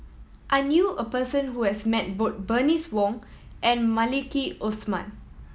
I knew a person who has met both Bernice Wong and Maliki Osman